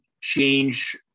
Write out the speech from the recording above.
change